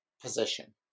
position